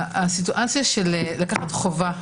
המצב של לקחת חובה,